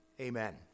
amen